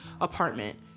apartment